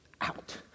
out